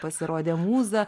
pasirodė mūza